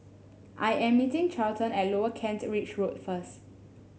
I am meeting Charlton at Lower Kent Ridge Road first